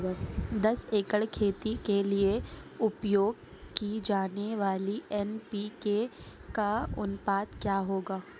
दस एकड़ खेती के लिए उपयोग की जाने वाली एन.पी.के का अनुपात क्या होगा?